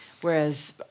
Whereas